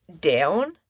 down